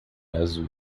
azul